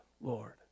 Lord